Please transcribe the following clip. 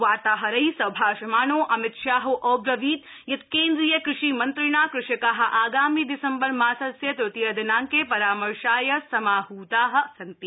वार्ताहै सहभाषमाणो अमितशाहो अब्रवीत् यत् केन्द्रीय कृषि मन्त्रिणा कृषका आगामि दिसम्बर मासस्य तृतीये दिनाड़के परामर्शाय समाहता सन्ति